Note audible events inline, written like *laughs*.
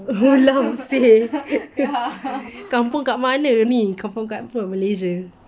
ulam seh *laughs* kampung kat mana ni kampung apa malaysia